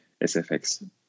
SFX